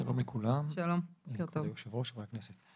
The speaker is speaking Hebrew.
שלום לכולם, ליושבת הראש, לחברי הכנסת.